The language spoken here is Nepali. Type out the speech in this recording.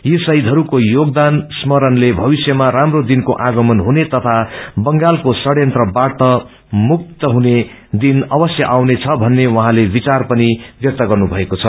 यी शहीदहरूको योगदान स्मरणले भविष्यमा राम्रो दिनको आगमन हुने तथा बंगालको पड़यंत्रवाट भुक्ति हुने दिन अवश्य आउने छ भन्ने उहौँले विचार पनि व्यक्त गर्नु भएको छ